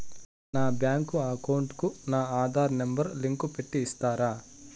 నా bank account కు నా ఆధార్ నెంబర్ లింకు పెట్టి ఇస్తారా?